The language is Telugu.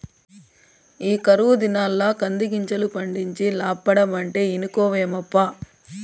ఈ కరువు దినాల్ల కందిగింజలు పండించి లాబ్బడమంటే ఇనుకోవేమప్పా